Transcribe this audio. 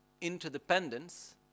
interdependence